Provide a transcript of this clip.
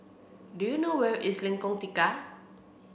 do you know where is Lengkong Tiga